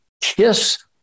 Kiss